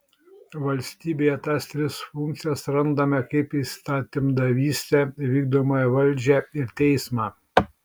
valstybėje tas tris funkcijas randame kaip įstatymdavystę vykdomąją valdžią ir teismą